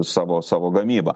savo savo gamybą